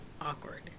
awkward